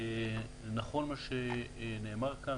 נכון מה שנאמר כאן.